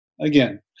again